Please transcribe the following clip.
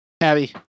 Abby